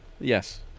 yes